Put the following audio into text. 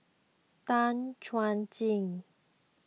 Tan Chuan Jin